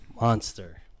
Monster